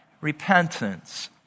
Repentance